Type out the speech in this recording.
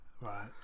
Right